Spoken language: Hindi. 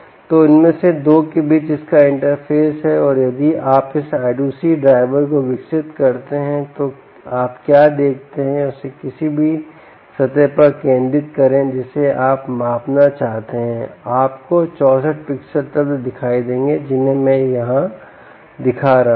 तो उनमें से 2 के बीच इसका इंटरफ़ेस और यदि आप इस I2C ड्राइवर को विकसित करते हैं आप क्या देखते हैं और इसे किसी भी सतह पर केंद्रित करें जिसे आप मापना चाहते हैं आपको 64 पिक्सेल तत्व दिखाई देंगे जिन्हें मैं यहाँ दिखा रहा हूँ